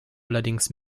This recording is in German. allerdings